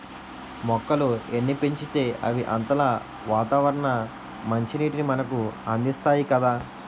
మొక్కలు ఎన్ని పెంచితే అవి అంతలా వాతావరణ మంచినీటిని మనకు అందిస్తాయి కదా